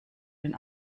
den